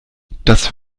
das